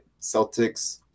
Celtics –